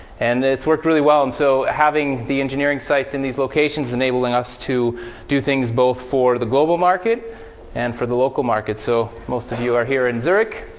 and it's worked really well. and so having the engineering sites in these locations is enabling us to do things both for the global market and for the local market. so most of you are here in zurich.